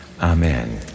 Amen